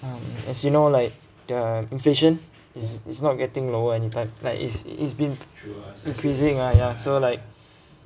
um as you know like the inflation is is not getting lower anytime like it's it's been increasing ah ya so like